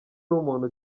n’umuntu